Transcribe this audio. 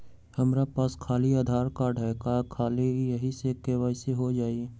हमरा पास खाली आधार कार्ड है, का ख़ाली यही से के.वाई.सी हो जाइ?